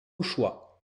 choix